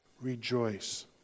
Rejoice